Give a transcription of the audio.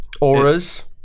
auras